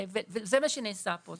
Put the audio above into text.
זה מה שנעשה פה.